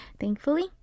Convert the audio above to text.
thankfully